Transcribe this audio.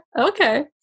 okay